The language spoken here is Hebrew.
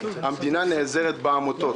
המדינה נעזרת בעמותות.